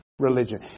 religion